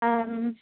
आम्